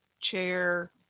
chair